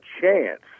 chance